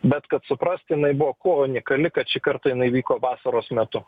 bet kad suprast jinai buvo kuo unikali kad šį kartą jinai vyko vasaros metu